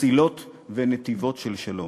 מסילות ונתיבות של שלום.